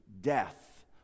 death